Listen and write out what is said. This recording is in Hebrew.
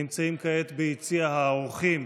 ונמצאים כעת ביציע האורחים,